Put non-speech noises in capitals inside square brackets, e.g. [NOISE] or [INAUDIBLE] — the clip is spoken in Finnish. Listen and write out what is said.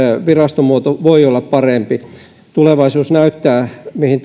virastomuoto voi olla parempi tulevaisuus näyttää mihin [UNINTELLIGIBLE]